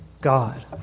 God